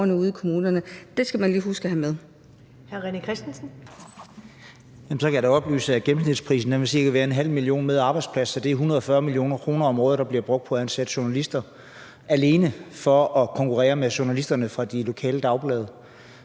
Det skal man lige huske at have med.